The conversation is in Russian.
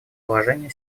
положения